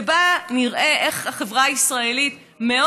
ובה נִראה איך החברה הישראלית מאוד